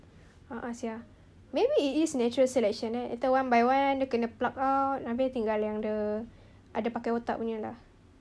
a'ah sia maybe it is natural selection eh later one by one dia kena plucked out habis tinggal yang ada ada pakai otak punya lah